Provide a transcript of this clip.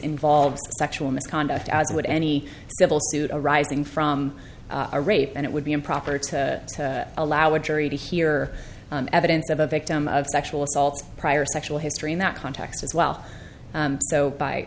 involves sexual misconduct as would any civil suit arising from a rape and it would be improper to allow a jury to hear evidence of a victim of sexual assault prior sexual history in that context as well so by